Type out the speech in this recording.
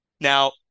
Now